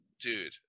dude